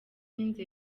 n’inzu